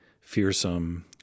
fearsome